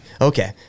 Okay